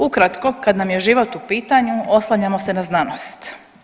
Ukratko kad nam je život u pitanju oslanjamo se na znanost.